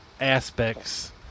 aspects